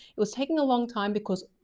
it was taking a long time because,